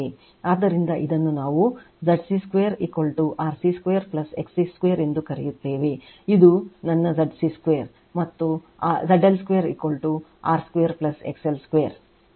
ಆದ್ದರಿಂದ ಇದನ್ನು ನಾವು ZC2 RC2 XC2 ಎಂದು ಕರೆಯುತ್ತೇವೆ ಇದು ನನ್ನ ZC2 ಮತ್ತು ZL2 R 2 XL2